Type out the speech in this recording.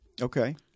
Okay